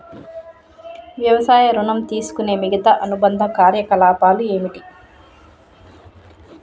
వ్యవసాయ ఋణం తీసుకునే మిగితా అనుబంధ కార్యకలాపాలు ఏమిటి?